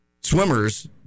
swimmers